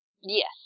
Yes